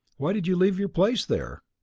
why did you leave your place there?